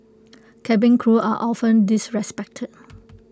cabin crew are often disrespected